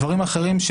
דברים אחרים,